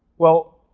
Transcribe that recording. well,